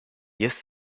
jest